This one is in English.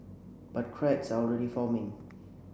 but cracks are already forming